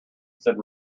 said